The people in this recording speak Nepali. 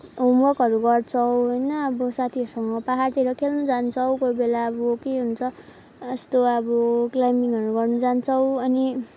होमवर्कहरू गर्छौँ होइन अब साथीहरूसँग पाहाडतिर खेल्नु जान्छौँ कोही बेला अब के हुन्छ यस्तो अब क्लाइम्बिङहरू गर्नु जान्छौँ अनि